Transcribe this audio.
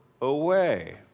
away